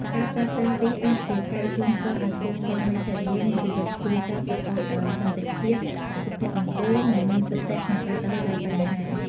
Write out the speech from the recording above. ការប្រើប្រាស់វាអាចជាការជូនពរឱ្យគូស្វាមីភរិយាមានជីវិតគ្រួសារប្រកបដោយសន្តិភាព សុភមង្គល និងមានសតិក្នុងការដោះស្រាយបញ្ហា។